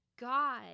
God